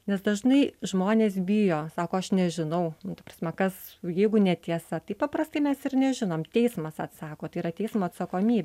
nes dažnai žmonės bijo sako aš nežinau nu ta prasme kas jeigu netiesa tai paprastai mes ir nežinom teismas atsako tai yra teismo atsakomybė